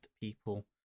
people